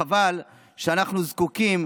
חבל שאנחנו זקוקים